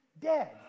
dead